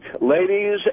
Ladies